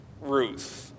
Ruth